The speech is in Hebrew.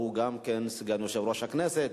הוא גם סגן יושב-ראש הכנסת,